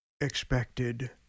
expected